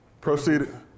Proceeded